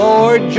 Lord